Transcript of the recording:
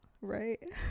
right